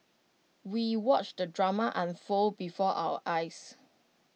we watched the drama unfold before our eyes